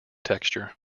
texture